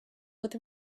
with